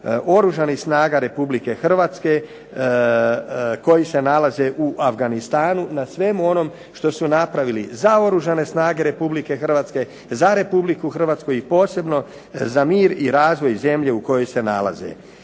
Oružanih snaga Republike Hrvatske koji se nalaze u Afganistanu na svemu onom što su napravili za Oružane snage Republike Hrvatske, za Republiku Hrvatsku i posebno za mir i razvoj zemlje u kojoj se nalaze.